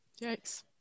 yikes